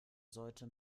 sollte